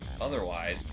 otherwise